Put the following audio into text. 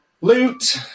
loot